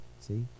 See